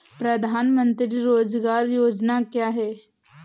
प्रधानमंत्री रोज़गार योजना क्या है?